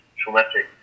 traumatic